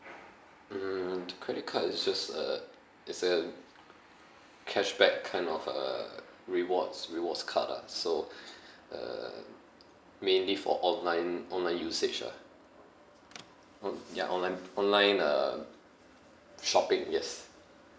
mm credit card is just uh is uh cashback kind of uh rewards rewards card ah so uh mainly for online online usage ah on~ ya online online uh shopping yes